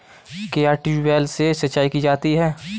क्या ट्यूबवेल से सिंचाई की जाती है?